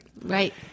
Right